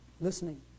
listening